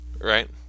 Right